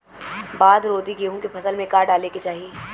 बाढ़ रोधी गेहूँ के फसल में का डाले के चाही?